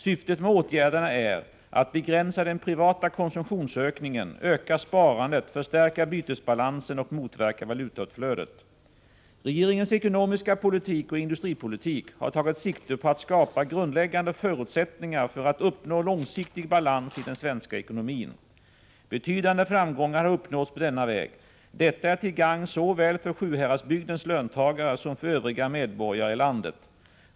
Syftet med åtgärderna är att begränsa den privata konsumtionsökningen, öka sparandet, förstärka bytesbalansen och motverka valutautflödet. Regeringens ekonomiska politik och industripolitik har tagit sikte på att skapa grundläggande förutsättningar för att uppnå långsiktig balans i den svenska ekonomin. Betydande framgångar har uppnåtts på denna väg. Detta är till gagn såväl för Sjuhäradsbygdens löntagare som övriga medborgare i landet.